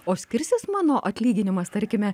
o skirsis mano atlyginimas tarkime